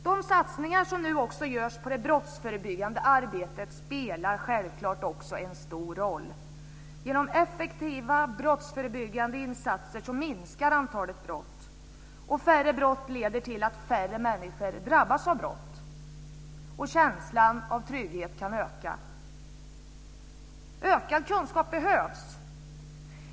De satsningar som nu också görs på det brottsförebyggande arbetet spelar självfallet också en stor roll. Genom effektiva brottsförebyggande insatser minskar antalet brott. Färre brott leder till att färre människor drabbas av brott, och känslan av trygghet kan öka. Ökad kunskap behövs!